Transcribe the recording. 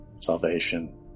salvation